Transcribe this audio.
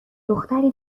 دختری